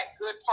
good